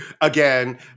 again